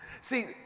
See